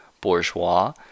bourgeois